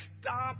stop